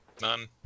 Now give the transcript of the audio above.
None